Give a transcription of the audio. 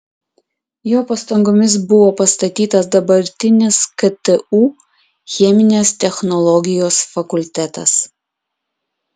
jo pastangomis buvo pastatytas dabartinis ktu cheminės technologijos fakultetas